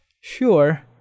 sure